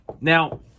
now